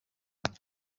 ubu